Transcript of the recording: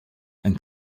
and